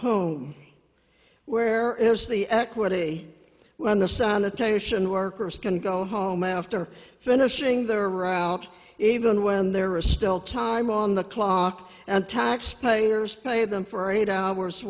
home where is the equity when the sanitation workers can go home after finishing their route even when there is still time on the clock and taxpayers pay them for eight hours